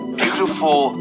beautiful